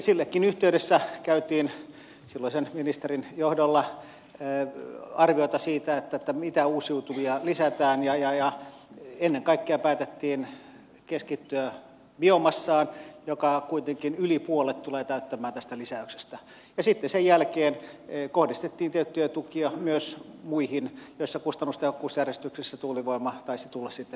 siinäkin yhteydessä käytiin silloisen ministerin johdolla arvioita siitä mitä uusiutuvia lisätään ja ennen kaikkea päätettiin keskittyä biomassaan joka kuitenkin yli puolet tulee täyttämään tästä lisäyksestä ja sen jälkeen kohdistettiin tiettyjä tukia myös muihin joissa kustannustehokkuusjärjestyksessä tuulivoima taisi tulla sitten seuraavana